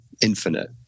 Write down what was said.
infinite